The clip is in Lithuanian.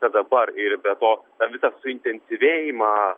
ta dabar ir be to tą visą suintensyvėjimą